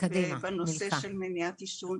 בנושא של מניעת עישון.